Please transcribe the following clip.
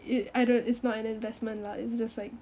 it I don't is not an investment lah it's just like